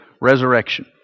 resurrection